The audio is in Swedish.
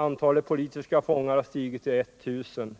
Antalet politiska fångar har stigit till 1000.